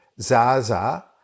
Zaza